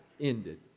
ended